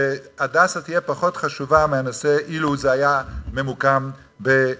ש"הדסה" יהיה פחות חשוב בעיניכם מאשר אילו זה היה ממוקם בתל-אביב.